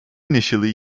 initially